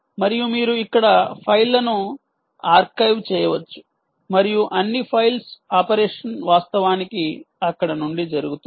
మరియు మీరు ఇక్కడ ఫైళ్ళను ఆర్కైవ్ చేయవచ్చు మరియు అన్ని ఫైల్స్ ఆపరేషన్ వాస్తవానికి అక్కడ నుండి జరుగుతుంది